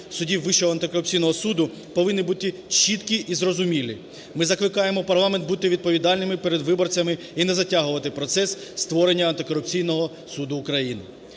судів Вищого антикорупційного суду повинні бути чіткі і зрозумілі. Ми закликаємо парламент бути відповідальними перед виборцями і не затягувати процес створення антикорупційного суду України.